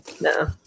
No